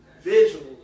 visual